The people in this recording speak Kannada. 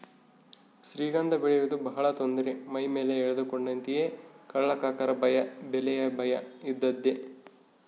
ಶ್ರೀಗಂಧ ಬೆಳೆಯುವುದು ಬಹಳ ತೊಂದರೆ ಮೈಮೇಲೆ ಎಳೆದುಕೊಂಡಂತೆಯೇ ಕಳ್ಳಕಾಕರ ಭಯ ಬೆಲೆಯ ಭಯ ಇದ್ದದ್ದೇ